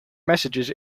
messages